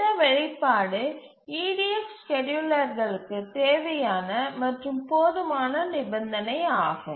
இந்த வெளிப்பாடு EDF ஸ்கேட்யூலர்களுக்கு தேவையான மற்றும் போதுமான நிபந்தனையாகும்